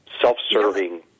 self-serving